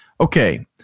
Okay